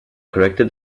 corrected